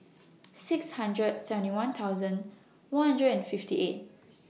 six hundred seventy one thousand one hundred and fifty eight